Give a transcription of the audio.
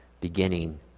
beginning